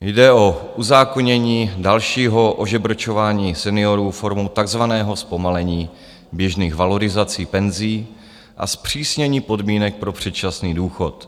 Jde o uzákonění dalšího ožebračování seniorů formou takzvaného zpomalení běžných valorizací penzí a zpřísnění podmínek pro předčasný důchod.